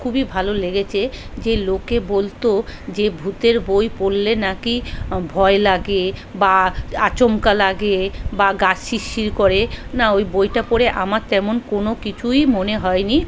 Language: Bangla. খুবই ভালো লেগেছে যে লোকে বলতো যে ভূতের বই পড়লে না কি ভয় লাগে বা আচমকা লাগে বা গা শিরশির করে না ওই বইটা পড়ে আমার তেমন কোনো কিছুই মনে হয়নি